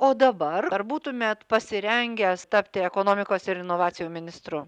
o dabar ar būtumėt pasirengęs tapti ekonomikos ir inovacijų ministru